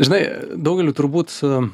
žinai daugeliui turbūt su